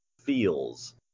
feels